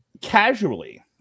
Casually